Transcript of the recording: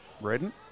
Redden